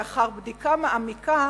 לאחר בדיקה מעמיקה,